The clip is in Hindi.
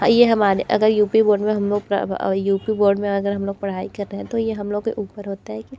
हाँ ये हमारे अगर यू पी बोर्ड में हम लोग यू पी बोर्ड में अगर हम लोग पढ़ाई कर रहें तो ये हम लोग के ऊपर होता है कि